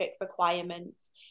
requirements